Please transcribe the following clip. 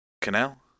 Canal